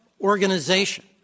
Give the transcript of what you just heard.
organization